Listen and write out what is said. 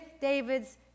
David's